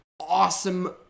awesome